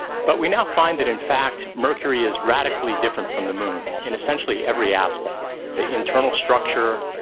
but we now find that in fact mercury is radically different from the moon in essentially every aspect the internal structure,